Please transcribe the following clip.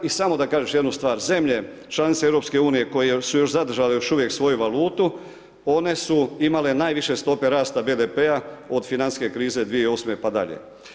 I samo da kažem još jednu stvar, zemlje, članice EU, koje su još zadržale još uvijek svoju valutu, one su imale najviše stope rasta BDP-a od financijske krize 2008. pa dalje.